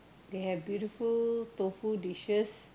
they had beautiful tofu dishes